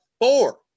four